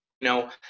No